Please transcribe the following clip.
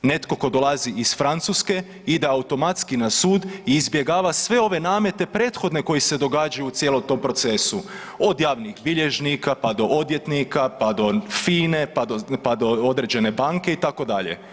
Netko tko dolazi iz Francuske, ide automatski na sud i izbjegava sve ove namete prethodne koji se događaju u cijelom tom procesu, od javnih bilježnika, pa do odvjetnika, pa do FINE, pa do određene banke itd.